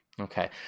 Okay